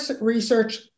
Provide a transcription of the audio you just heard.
research